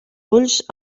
ulls